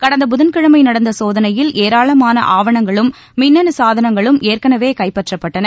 கடந்த புதன்கிழமை நடந்த சோதனையில் ஏராளமான ஆவணங்களும் மின்னனு சாதனங்களும் ஏற்கனவே கைப்பற்றப்பட்டன